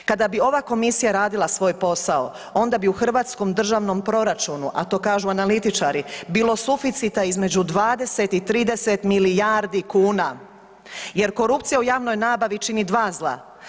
Kada bi ova komisija radila svoj posao onda bi u hrvatskom državnom proračunu, a to kažu analitičari, bilo suficita između 20 i 30 milijardi kuna jer korupcija u javnoj nabavi čini dva zla.